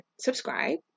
subscribe